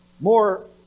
more